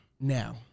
now